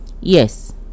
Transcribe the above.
Yes